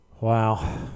Wow